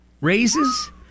raises